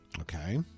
Okay